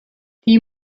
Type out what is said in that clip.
die